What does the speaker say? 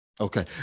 Okay